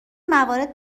موارد